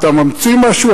אתה ממציא משהו?